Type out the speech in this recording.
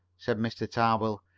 said mr. tarbill.